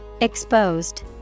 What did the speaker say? Exposed